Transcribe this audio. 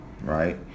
Right